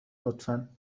لطفا